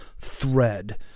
thread